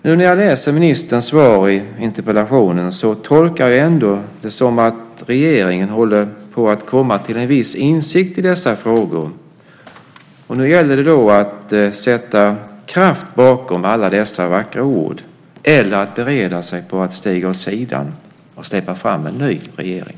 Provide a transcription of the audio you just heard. När jag läser ministerns svar på interpellationen tolkar jag det ändå som att regeringen håller på att komma till en viss insikt i dessa frågor. Nu gäller det att sätta kraft bakom alla dessa vackra ord eller att bereda sig på att stiga åt sidan och släppa fram en ny regering.